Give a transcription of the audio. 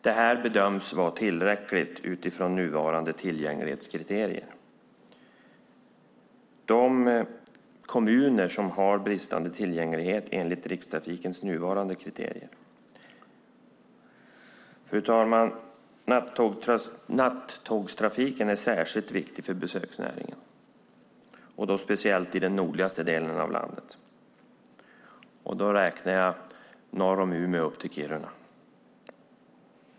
Det bedöms vara tillräckligt utifrån nuvarande tillgänglighetskriterier. Fru talman! Nattågstrafiken är särskilt viktig för besöksnäringen, och då speciellt i den nordligaste delen av landet. Då menar jag området norr om Umeå och upp till Kiruna.